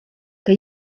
que